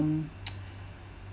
um